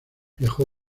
viajó